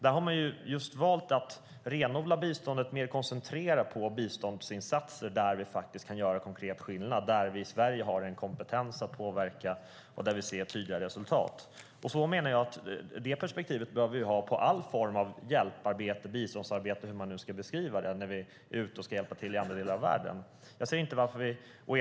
Där har man valt att renodla biståndet med att mer koncentrera på biståndsinsatser där vi faktiskt kan göra konkret skillnad, där vi i Sverige har en kompetens att påverka och där vi ser tydliga resultat. Det perspektivet bör vi ha i all form av hjälparbete och biståndsarbete eller hur vi nu ska beskriva det när vi är ute och ska hjälpa till i andra delar av världen.